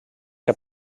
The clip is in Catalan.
que